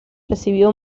recibió